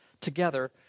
together